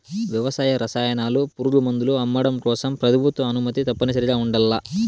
వ్యవసాయ రసాయనాలు, పురుగుమందులు అమ్మడం కోసం ప్రభుత్వ అనుమతి తప్పనిసరిగా ఉండల్ల